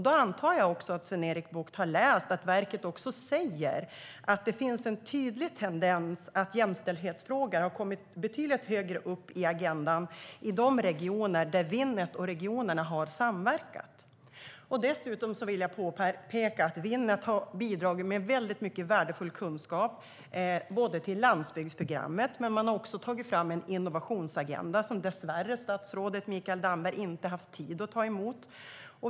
Då antar jag att Sven-Erik Bucht också har läst att verket säger att det finns en tydlig tendens att jämställdhetsfrågan har kommit betydligt högre upp på agendan i de regioner där Winnet och regionerna har samverkat. Dessutom vill jag påpeka att Winnet har bidragit med väldigt mycket värdefull kunskap till landsbygdsprogrammet. Man har också tagit fram en innovationsagenda, som statsrådet Mikael Damberg dessvärre inte har haft tid att ta emot.